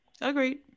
Agreed